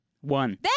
One